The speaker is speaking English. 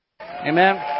Amen